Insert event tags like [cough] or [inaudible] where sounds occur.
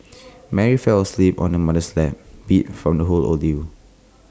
[noise] Mary fell asleep on her mother's lap beat from the whole ordeal